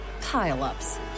pile-ups